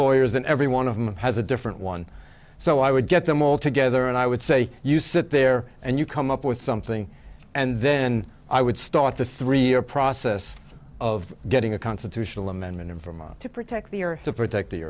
lawyers and every one of them has a different one so i would get them all together and i would say you sit there and you come up with something and then i would start the three year process of getting a constitutional amendment in vermont to protect the earth to protect the